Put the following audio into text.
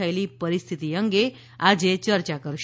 થયેલી પરિસ્થિતિ અંગે આજે ચર્ચા કરશે